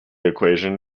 equation